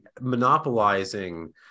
monopolizing